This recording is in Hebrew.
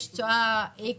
יש תשואה X